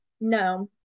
no